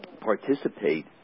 participate